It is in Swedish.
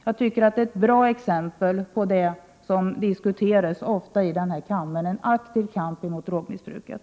Jag tycker att det är ett bra exempel på det som ofta diskuteras i denna kammare, aktiv kamp mot drogmissbruket.